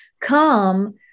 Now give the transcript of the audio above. come